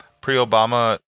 pre-Obama